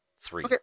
Three